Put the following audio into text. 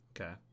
Okay